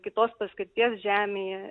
kitos paskirties žemėje